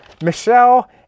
Michelle